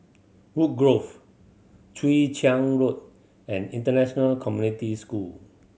Woodgrove Chwee Chian Road and International Community School